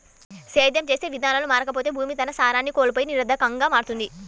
సేద్యం చేసే విధానాలు మారకపోతే భూమి తన సారాన్ని కోల్పోయి నిరర్థకంగా మారుతుంది